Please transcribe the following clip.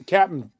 Captain